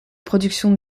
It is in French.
production